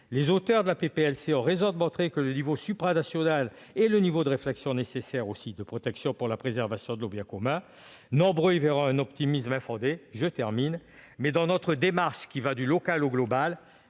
constitutionnelle ont raison de montrer que le niveau supranational est le niveau de réflexion nécessaire de protection pour la préservation de nos biens communs. Nombreux y verront un optimisme infondé, mais, dans notre démarche, qui va du local au global,